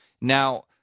Now